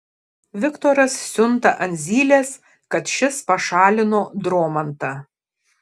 viktoras siunta ant zylės kad šis pašalino dromantą